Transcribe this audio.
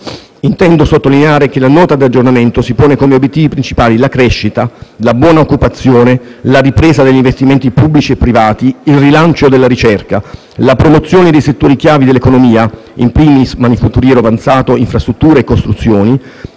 intendo sottolineare che la Nota di aggiornamento si pone come obiettivi principali la crescita, la buona occupazione, la ripresa degli investimenti pubblici e privati, il rilancio della ricerca, la promozione dei settori chiave dell'economia (*in primis* il manifatturiero avanzato, le infrastrutture e le costruzioni)